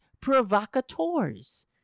Provocateurs